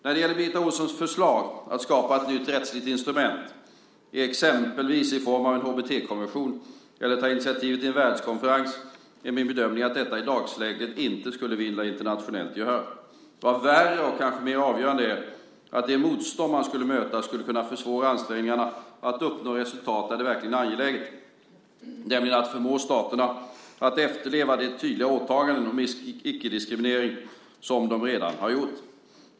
När det gäller Birgitta Ohlssons förslag att skapa ett nytt rättsligt instrument, exempelvis i form av en HBT-konvention, eller ta initiativ till en världskonferens, är min bedömning att detta i dagsläget inte skulle vinna internationellt gehör. Värre, och kanske mer avgörande, är att det motstånd som man skulle möta skulle kunna försvåra ansträngningarna att uppnå resultat där det verkligen är angeläget, nämligen att förmå staterna att efterleva de tydliga åtaganden om icke-diskriminering som de redan har gjort.